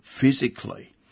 physically